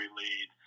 lead